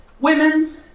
women